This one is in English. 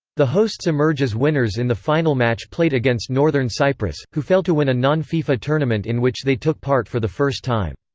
the hosts emerge as winners in the final match played against northern cyprus, who fail to win a non-fifa tournament in which they took part for the first time.